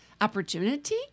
opportunity